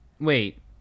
Wait